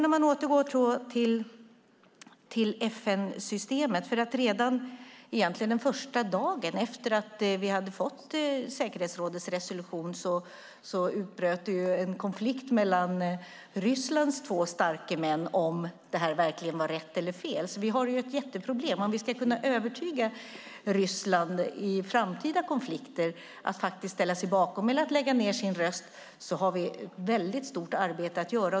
Om vi återgår till FN-systemet kan vi se att det egentligen redan den första dagen efter att vi hade fått säkerhetsrådets resolution utbröt en konflikt mellan Rysslands två starke män om det här verkligen var rätt eller fel. Vi har ju ett jätteproblem. Om vi ska kunna övertyga Ryssland i framtida konflikter att faktiskt ställa sig bakom eller lägga ned sin röst har vi ett väldigt stort arbete att göra.